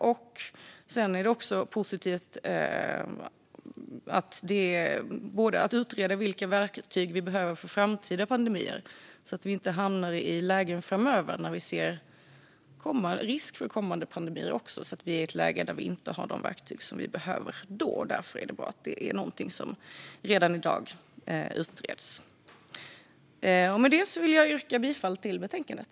Det är också positivt att det redan i dag utreds vilka verktyg vi behöver vid framtida pandemier, så att vi inte vid risk för pandemier framöver hamnar i lägen där vi inte har de verktyg som vi behöver. Med detta vill jag yrka bifall till utskottets förslag i betänkandet.